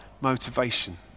motivation